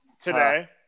today